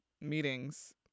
meetings